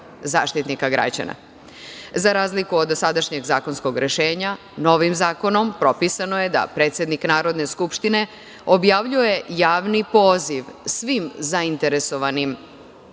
Zaštitnika građana. Razlika od dosadašnjeg zakonskog rešenja, novim zakonom propisano je da predsednik Narodne skupštine objavljuje javni poziv svim zainteresovanim